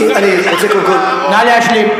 נא להשלים.